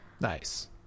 Nice